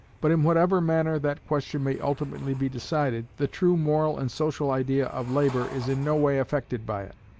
but in whatever manner that question may ultimately be decided, the true moral and social idea of labour is in no way affected by it.